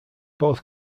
both